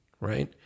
right